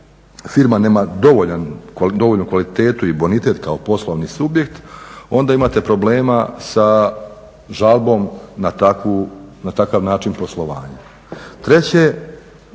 nema dovoljnu kvalitetu i bonitet kao poslovni subjekt onda imate problema sa žalbom na takav način poslovanja. Treće,